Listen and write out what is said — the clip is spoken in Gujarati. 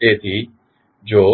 તેથી જો